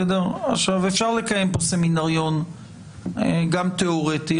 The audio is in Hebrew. אפשר לקיים כאן סמינריון גם תיאורטי.